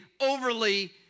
overly